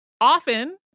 Often